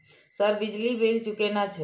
Sir बिजली bill चूकेना छे?